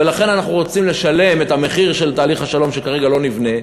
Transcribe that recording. ולכן אנחנו רוצים לשלם את המחיר של תהליך השלום וכרגע לא נבנה,